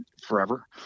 forever